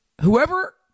whoever